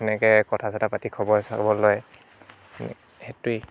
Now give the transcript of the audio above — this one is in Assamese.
সেনেকৈ কথা চথা পাতি খবৰ চবৰ লয় সেইটোৱেই